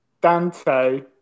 Dante